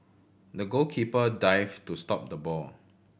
the goalkeeper dived to stop the ball